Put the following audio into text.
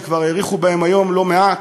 שכבר האריכו בהן היום לא מעט,